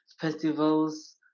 festivals